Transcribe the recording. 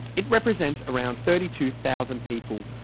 it represents around thirty two thousand people,